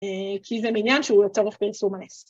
‫כי זה מעניין שהוא לצורך פרסום הנס